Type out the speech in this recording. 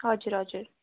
हजुर हजुर